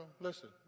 Listen